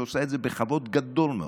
ועושה את זה בכבוד גדול מאוד.